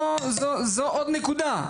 זו עוד נקודה,